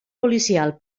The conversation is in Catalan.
policial